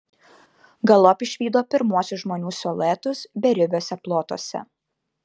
galop išvydo pirmuosius žmonių siluetus beribiuose plotuose